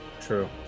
True